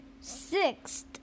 sixth